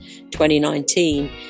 2019